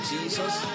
Jesus